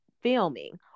filming